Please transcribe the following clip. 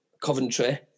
Coventry